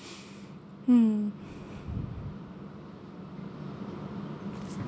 hmm